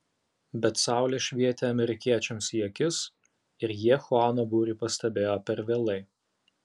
bet saulė švietė amerikiečiams į akis ir jie chuano būrį pastebėjo per vėlai